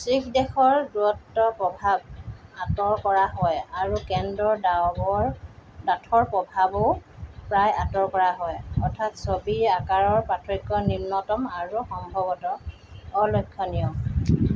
শিখ দেশৰ দূৰত্বৰ প্ৰভাৱ আঁতৰ কৰা হয় আৰু কেন্দ্ৰৰ ডাহৰ ডাঠৰ প্ৰভাৱো প্ৰায় আঁতৰ কৰা হয় অৰ্থাৎ ছবিৰ আকাৰৰ পাৰ্থক্য নিম্নতম আৰু সম্ভৱত অলক্ষণীয়